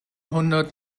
hundert